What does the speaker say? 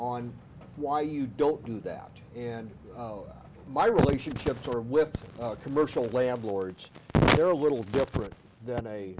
on why you don't do that and my relationships are with commercial landlords they're a little different than a